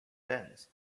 dense